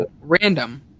Random